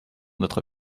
notre